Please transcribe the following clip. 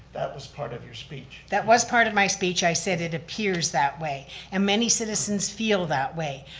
that was part of your speech. that was part of my speech. i said it appears that way and many citizens feel that way.